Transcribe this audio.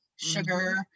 sugar